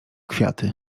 kwiaty